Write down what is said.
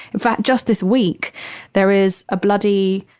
in fact, just this week there is a bloody